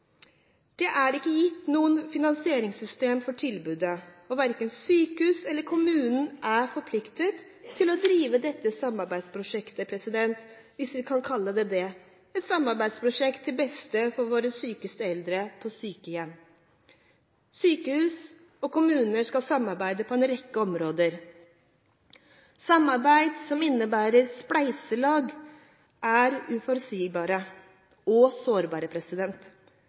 Det er ikke gitt noe finansieringssystem for tilbudet, og verken sykehus eller kommuner er forpliktet til å drive dette samarbeidsprosjektet – hvis vi kan kalle det det – til beste for våre sykeste eldre på sykehjem. Sykehus og kommuner skal samarbeide på en rekke områder. Samarbeid som innebærer spleiselag, er uforutsigbare og sårbare.